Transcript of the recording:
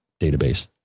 database